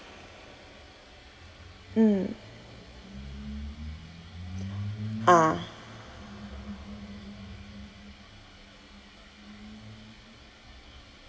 mm ah